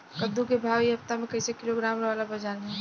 कद्दू के भाव इ हफ्ता मे कइसे किलोग्राम रहल ह बाज़ार मे?